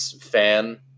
fan